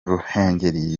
ruhengeri